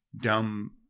dumb